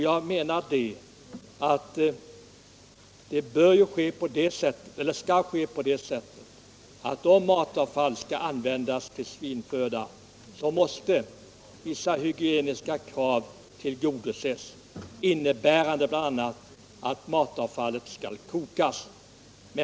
Jag menar att då matavfall skall användas till svinföda, måste vissa hygieniska krav tillgodoses. Bl. a. bör matavfallet kokas.